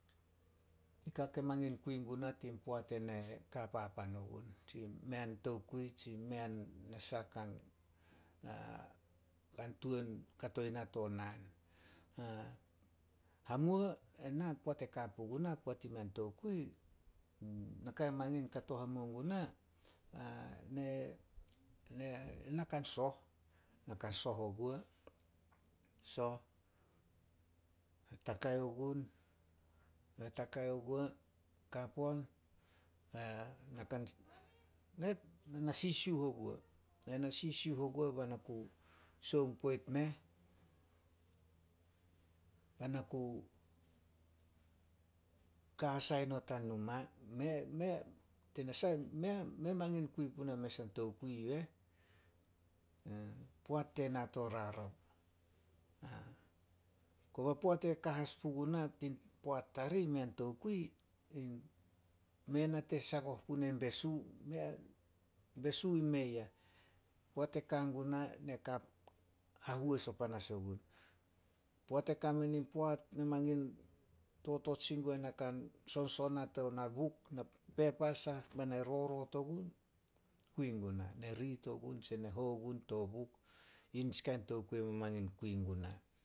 Nika ke mangin kui guna tin poat ena ka papan ogun. Tsi mei an tokui tsi mei a nasah ka kan tuan katoi na to naan. Hamuo, ena poat e ka pugun, poat mei an tokui, naka mangin kato hamuo guna na kan soh- na kan soh oguo, soh. Takai ogun, na takai oguo na na sisiuh oguo- na na sisiuh oguo bai na ku sioung poit meh bai na ku ka sai not ai numa, mei- mei, tanasah mei a- mei mangin kui puna mes an tokui yu eh. Poat tena to rarao. Koba poat e ka as puguna tin poat tarih mei an tokui, mei nate sagoh punai besu. Besu i mei ah, poat e ka guna, ne ka hahois o panas ogun. Poat e kame nin poat, na mangin totot sin gue na ka soson a tin na buk, pepa, sah bai na roroot ogun, kui guna. Ne riit ogun tse na hou gun to buk, yi nitsi kain tokui kui guna.